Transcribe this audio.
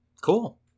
cool